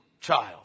child